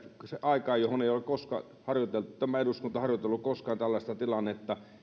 aikaa johon ei ole koskaan harjoiteltu eikä tämä eduskunta ole harjoitellut koskaan tällaista tilannetta